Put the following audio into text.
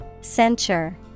Censure